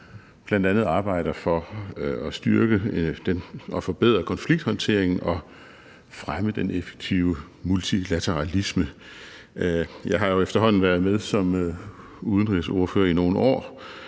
bl.a. arbejder for at styrke og forbedre konflikthåndtering og fremme den effektive multilateralisme. Jeg har efterhånden været med som udenrigsordfører i nogle år,